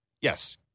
yes